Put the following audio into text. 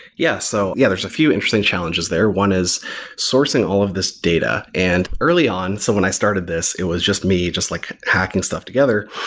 yeah. so yeah, there's a few interesting challenges there. one is sourcing all of these data. and early on, so when i started this, it was just me just like hacking stuff together.